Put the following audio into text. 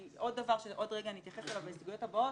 עוד דבר שנתייחס אליו בהסתייגויות הבאות,